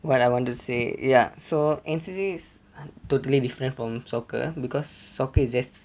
what I want to say ya so N_C_C is totally different from soccer because soccer is just